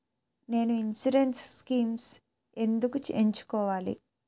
నేను insurance schemes ఎందుకు ఎంచుకోవాలి?